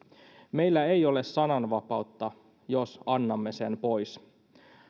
meillä ei ole sananvapautta jos annamme sen pois